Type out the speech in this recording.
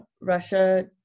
Russia